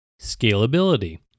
Scalability